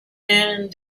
and